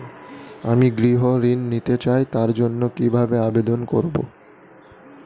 আমি গৃহ ঋণ নিতে চাই তার জন্য কিভাবে আবেদন করব?